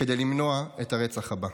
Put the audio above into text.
כדי למנוע את הרצח הבא.